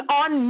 on